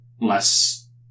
less